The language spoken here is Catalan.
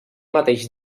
mateix